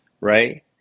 right